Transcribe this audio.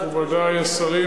מכובדי השרים,